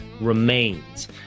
remains